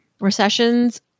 recessions